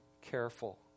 careful